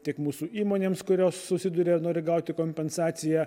tik mūsų įmonėms kurios susiduria nori gauti kompensaciją